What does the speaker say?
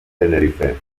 tenerife